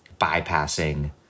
bypassing